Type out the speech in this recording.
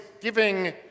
giving